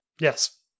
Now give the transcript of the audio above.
Yes